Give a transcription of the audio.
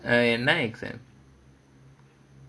என்ன:enna exam